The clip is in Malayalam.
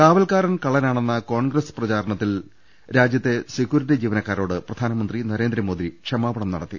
കാവൽക്കാരൻ കള്ളനാണെന്ന കോൺഗ്രസ് പ്രചാരണത്തിൽ രാജ്യത്തെ സെക്യൂരിറ്റി ജീവനക്കാരോട് പ്രധാനമന്ത്രി നരേന്ദ്രമോദി ക്ഷമാ പണം നടത്തി